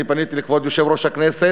אני פניתי לכבוד יושב-ראש הכנסת,